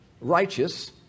righteous